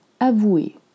Avouer